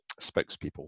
spokespeople